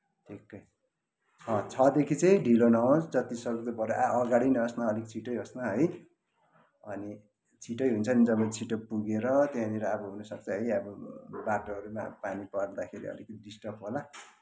ठिक्कै छदेखि चाहिँ ढिलो नहोस् जतिसक्दो बडा अगाडि नै होस् न अल्क छिटै होस् न है अनि छिटै हुन्छ नि त अब छिटै पुगेर त्यहाँनिर अब हुनुसक्छ है अब बाटोहरू पनि अब पानी पर्दाखेरि अलिकति डिस्टर्ब होला